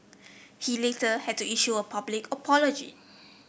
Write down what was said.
he later had to issue a public apology